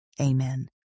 amen